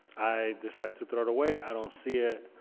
i decide to throw it away, i don't see it,